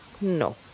No